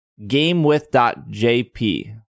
GameWith.jp